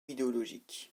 idéologiques